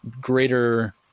greater